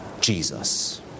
Jesus